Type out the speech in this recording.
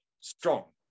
strong